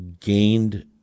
gained